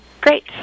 Great